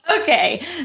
Okay